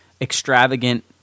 extravagant